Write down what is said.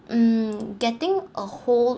mm getting a hold